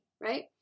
right